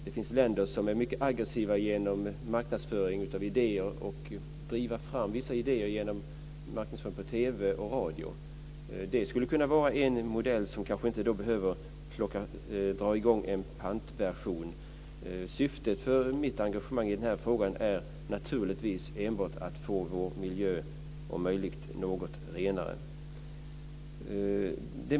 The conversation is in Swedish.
Det finns länder som är mycket agressiva i sin marknadsföring av idéer och driver fram vissa idéer genom marknadsföring i TV och radio. Det skulle kunna vara en modell, och man kanske inte behöver dra i gång en pantversion. Syftet med mitt engagemang i denna fråga är naturligtvis enbart att få vår miljö om möjligt något renare.